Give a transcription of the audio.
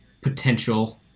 potential